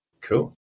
Cool